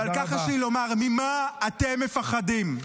ועל כך יש לי לומר: ממה אתם מפחדים?